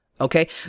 Okay